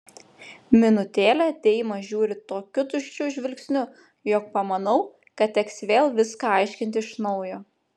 minutėlę deima žiūri tokiu tuščiu žvilgsniu jog pamanau kad teks vėl viską aiškinti iš naujo